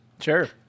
Sure